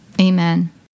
Amen